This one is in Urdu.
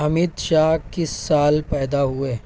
امیت شاہ کس سال پیدا ہوئے